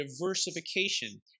diversification